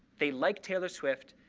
they like taylor swift,